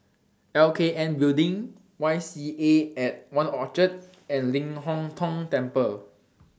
L K N Building Y M C A At one Orchard and Ling Hong Tong Temple